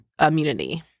immunity